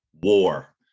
war